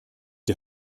der